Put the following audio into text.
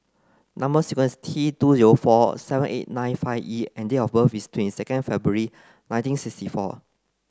number sequence T two zero four seven eight nine five E and date of birth is twenty second February nineteen sixty four